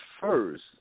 first –